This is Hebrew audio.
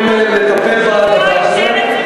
לטפל בדבר הזה.